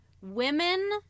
women